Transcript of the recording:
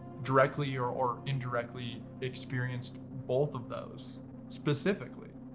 directly or or indirectly experienced both of those specifically.